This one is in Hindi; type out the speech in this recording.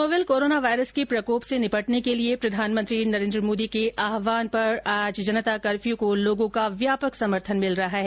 नोवेल कोरोना वायरस के प्रकोप से निपटने के लिए प्रधानमंत्री नरेन्द्र मोदी के आहवान पर आज जनता कर्फ्यू को लोगों का व्यापक समर्थन मिल रहा है